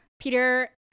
Peter